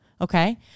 Okay